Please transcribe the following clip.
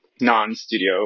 non-studio